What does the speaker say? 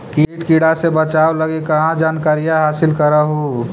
किट किड़ा से बचाब लगी कहा जानकारीया हासिल कर हू?